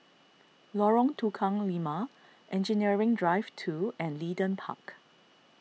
Lorong Tukang Lima Engineering Drive two and Leedon Park